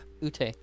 Ute